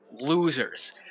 Losers